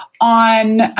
on